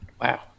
Wow